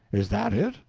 is that it?